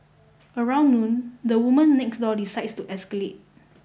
around noon the woman next door decides to escalate